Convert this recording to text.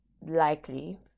likely